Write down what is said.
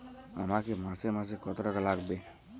আমাকে মাসে মাসে কত টাকা লাগবে?